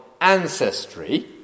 ancestry